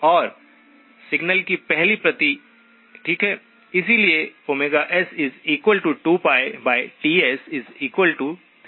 और सिग्नल की पहली प्रति ठीक है इसलिए s2πTs3000π है